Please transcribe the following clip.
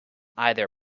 either